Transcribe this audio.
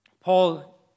Paul